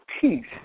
peace